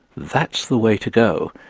that's the way to go.